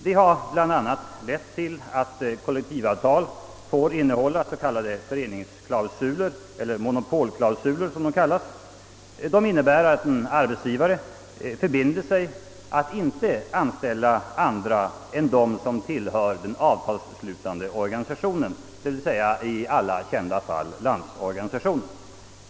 Detta har bl.a. lett till att kollektivavtal får innehålla s.k. föreningsklausuler — eller monopolklausuler som de också kallas. De innebär att arbetsgivare förbinder sig att inte anställa andra än sådana som tillhör den avtalsslutande organisationen, d.v.s. i alla kända fall Landsorganisationen.